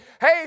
hey